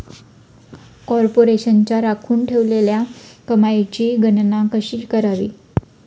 कॉर्पोरेशनच्या राखून ठेवलेल्या कमाईची गणना कशी करावी